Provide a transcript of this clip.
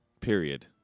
Period